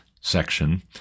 section